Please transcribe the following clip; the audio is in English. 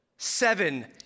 Seven